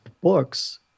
books